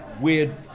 weird